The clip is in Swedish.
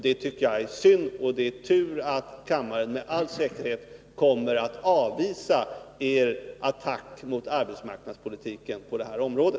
Det tycker jag är synd, och det är tur att kammaren med all säkerhet kommer att avvisa er attack mot arbetsmarknadspolitiken på detta område.